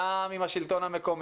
גם עם השלטון המקומי,